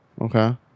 okay